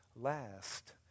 last